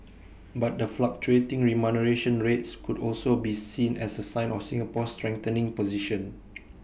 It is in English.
but the fluctuating remuneration rates could also be seen as A sign of Singapore's strengthening position